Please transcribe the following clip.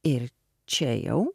ir čia jau